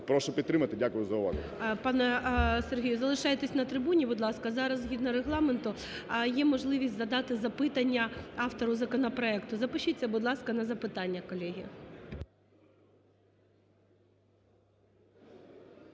Прошу підтримати. Дякую за увагу.